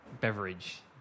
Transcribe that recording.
beverage